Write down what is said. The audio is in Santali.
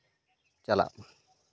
ᱪᱟᱞᱟᱜᱼᱢᱟ